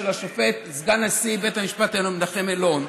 של סגן נשיא בית המשפט העליון השופט מנחם אלון,